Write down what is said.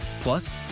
Plus